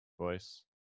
voice